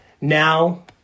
Now